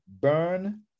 Burn